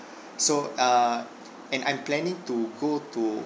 so uh and I'm planning to go to